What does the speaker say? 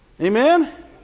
Amen